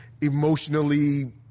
emotionally